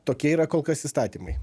tokie yra kol kas įstatymai